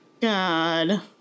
God